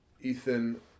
Ethan